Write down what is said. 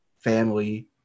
family